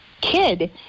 kid